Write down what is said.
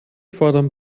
fordern